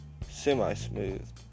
semi-smooth